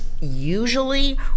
usually